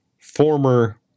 former